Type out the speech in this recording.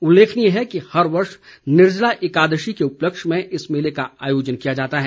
उल्लेखनीय है कि हर वर्ष निर्जला एकादशी के उपलक्ष्य में इस मेले का आयोजन किया जाता है